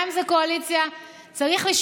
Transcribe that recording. גם אם זה קואליציה.